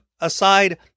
aside